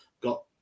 got